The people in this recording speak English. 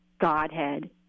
Godhead